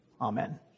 Amen